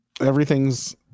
Everything's